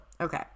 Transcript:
okay